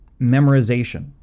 memorization